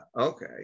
okay